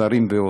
זרים ועוד,